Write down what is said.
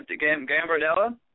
Gambardella